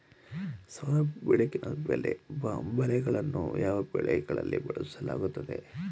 ಸೌರ ಬೆಳಕಿನ ಬಲೆಗಳನ್ನು ಯಾವ ಬೆಳೆಗಳಲ್ಲಿ ಬಳಸಲಾಗುತ್ತದೆ?